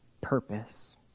purpose